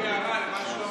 לא, רק הערה למה שהוא אמר.